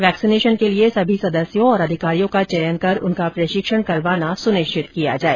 vaccination के लिए सभी सदस्यों और अधिकारियों का चयन कर उनका प्रशिक्षण करवाना सुनिश्चित किया जाए